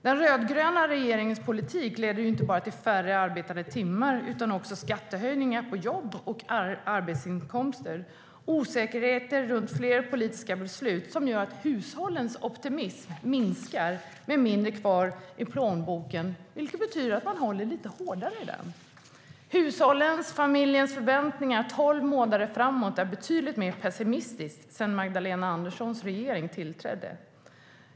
Den rödgröna regeringens politik leder inte bara till färre arbetade timmar, utan också till skattehöjningar på jobb och arbetsinkomster samt osäkerheter runt fler politiska beslut. Hushållens optimism minskar när det blir mindre kvar i plånboken, vilket betyder att man håller lite hårdare i den. Hushållens och familjernas förväntningar tolv månader framåt har varit betydligt mer pessimistiska sedan Magdalena Anderssons regering tillträdde.